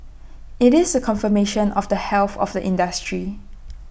IT is A confirmation of the health of the industry